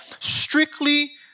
Strictly